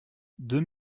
deux